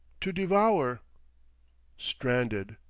to devour stranded.